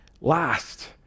last